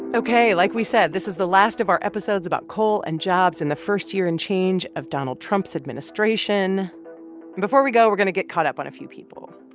ok, like we said, this is the last of our episodes about coal and jobs in the first year and change of donald trump's administration. and before we go, we're going to get caught up on a few people.